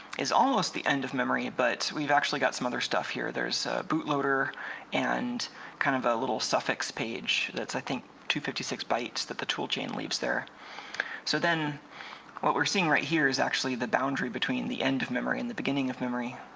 is almost the end of memory but we've actually got some other stuff here there's a boot loader and kind of a little suffix page that's i think two hundred and fifty six bytes that the toolchain lives there so then what we're seeing right here is actually the boundary between the end of memory in the beginning of memory